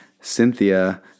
Cynthia